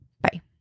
Bye